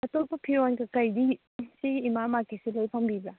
ꯑꯇꯣꯞꯄ ꯐꯤꯔꯣꯜ ꯀꯩꯀꯩꯗꯤ ꯁꯤꯒꯤ ꯏꯃꯥ ꯃꯥꯔꯀꯦꯠꯁꯤꯗ ꯂꯣꯏꯅ ꯐꯪꯕꯤꯕ꯭ꯔꯥ